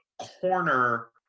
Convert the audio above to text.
corner